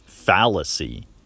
fallacy